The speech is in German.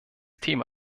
thema